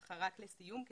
לסיום,